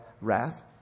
wrath